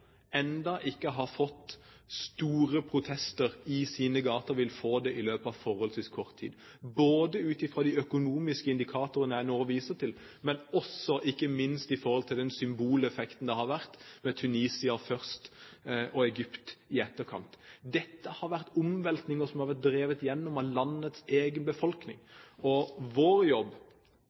ikke har fått store protester i sine gater, vil få det i løpet av forholdsvis kort tid, både ut fra de økonomiske indikatorene jeg nå viser til, og ikke minst ut fra den symboleffekten det har vært med Tunisia først og Egypt i etterkant. Dette har vært omveltninger som har vært drevet igjennom av landets egen befolkning. Vår jobb